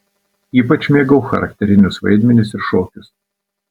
ypač mėgau charakterinius vaidmenis ir šokius